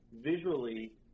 visually